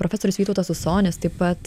profesorius vytautas usonis taip pat